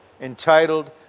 entitled